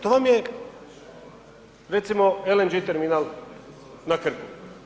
To vam je recimo LNG terminal na Krku.